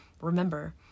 Remember